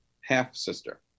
half-sister